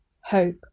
hope